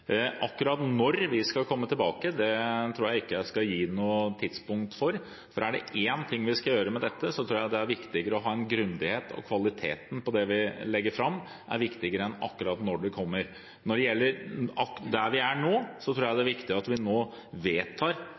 Akkurat når vi skal komme tilbake, tror jeg ikke jeg skal gi noe tidspunkt for, for er det én ting jeg tror er viktig med dette, er det å ha en grundighet, og kvaliteten på det vi legger fram, er viktigere enn akkurat når det kommer. Når det gjelder hvor vi er nå, tror jeg det er viktig at vi nå vedtar